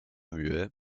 muet